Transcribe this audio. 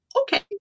okay